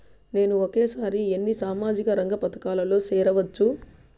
నేను ఒకేసారి ఎన్ని సామాజిక రంగ పథకాలలో సేరవచ్చు?